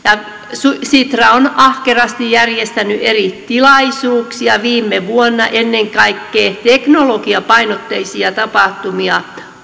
ja sitra on ahkerasti järjestänyt eri tilaisuuksia viime vuonna ennen kaikkea teknologiapainotteisia tapahtumia